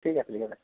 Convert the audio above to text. ঠিক আছে ঠিক আছে